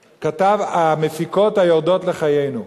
מאמר: המפיקות היורדות לחיינו.